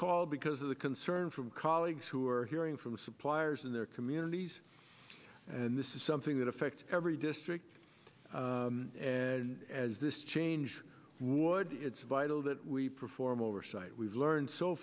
called because of the concern from colleagues who are hearing from the suppliers in their communities and this is something that affects every district and as this change would it's vital that we perform oversight we've learned so